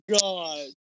God